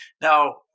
Now